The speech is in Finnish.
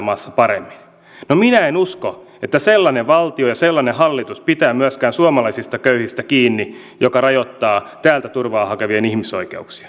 no minä en usko että sellainen valtio ja sellainen hallitus pitää myöskään suomalaisista köyhistä kiinni joka rajoittaa täältä turvaa hakevien ihmisoikeuksia pitää myöskään suomalaisista köyhistä kiinni